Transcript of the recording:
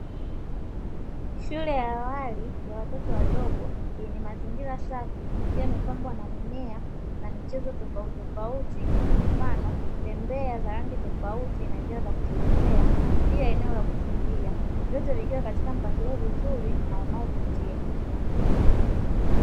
Shule ya awali ya watoto wadogo yenye mazingira safi, ikiwa imepambwa na mimea na michezo tofauti tofauti; mfano, bembea za rangi tofauti na njia za kutelezea, pia eneo la kukimbia vyote vikiwa katika mpangilio mzuri na unaovutia.